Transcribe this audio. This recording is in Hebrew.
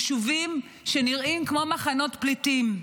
יישובים שנראים כמו מחנות פליטים.